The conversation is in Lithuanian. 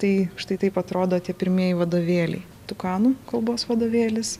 tai štai taip atrodo tie pirmieji vadovėliai tukanų kalbos vadovėlis